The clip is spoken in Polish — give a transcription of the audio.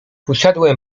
usiadłem